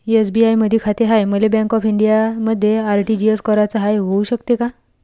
SBI मधी खाते हाय, मले बँक ऑफ इंडियामध्ये आर.टी.जी.एस कराच हाय, होऊ शकते का?